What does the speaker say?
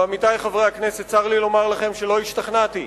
ועמיתי חברי הכנסת, צר לי לומר לכם שלא השתכנעתי.